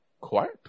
quiet